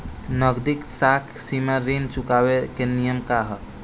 नगदी साख सीमा ऋण चुकावे के नियम का ह?